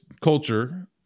culture